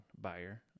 buyer